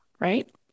Right